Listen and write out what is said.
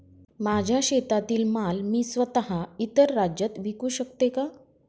माझ्या शेतातील माल मी स्वत: इतर राज्यात विकू शकते का?